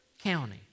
County